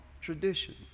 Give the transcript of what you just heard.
tradition